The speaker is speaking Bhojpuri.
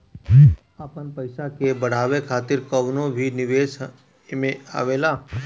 आपन पईसा के बढ़ावे खातिर कवनो भी निवेश एमे आवेला